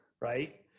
Right